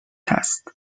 است